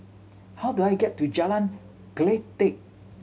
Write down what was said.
how do I get to Jalan Kledek